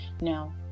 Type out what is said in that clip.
now